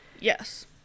yes